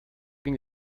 ging